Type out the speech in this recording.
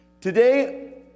Today